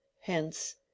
Hence